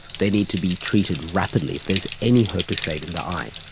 they need to be treated rapidly if there's any hope of saving the eye.